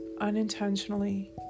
unintentionally